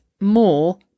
more